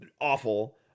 awful